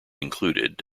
included